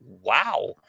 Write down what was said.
Wow